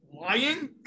lying